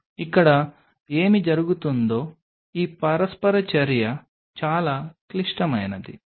ఇక్కడ ఏమి జరుగుతుందో ఈ పరస్పర చర్య చాలా క్లిష్టమైనది